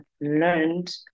learned